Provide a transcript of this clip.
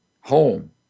Home